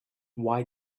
why